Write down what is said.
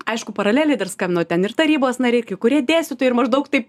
aišku paraleliai dar skambino ten ir tarybos nariai kai kurie dėstytojai ir maždaug taip